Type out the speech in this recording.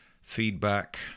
feedback